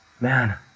Man